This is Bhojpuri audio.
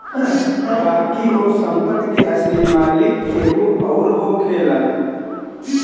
बाकी ओ संपत्ति के असली मालिक केहू अउर होखेला